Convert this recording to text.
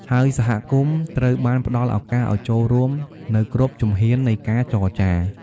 ហើយសហគមន៍ត្រូវបានផ្ដល់ឱកាសឲ្យចូលរួមនៅគ្រប់ជំហាននៃការចរចា។